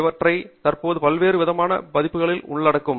அவர்கள் தற்போது வெவ்வேறு விதமான பதிப்புகளை உள்ளடக்கும்